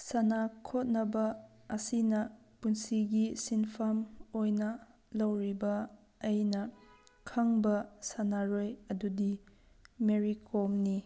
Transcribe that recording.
ꯁꯥꯟꯅ ꯈꯣꯠꯅꯕ ꯑꯁꯤꯅ ꯄꯨꯟꯁꯤꯒꯤ ꯁꯤꯟꯐꯝ ꯑꯣꯏꯅ ꯂꯧꯔꯤꯕ ꯑꯩꯅ ꯈꯪꯕ ꯁꯥꯟꯅꯔꯣꯏ ꯑꯗꯨꯗꯤ ꯃꯦꯔꯤ ꯀꯣꯝꯅꯤ